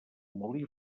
molí